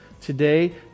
today